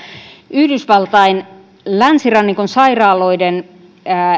yhdysvaltain länsirannikon sairaaloiden